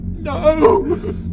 No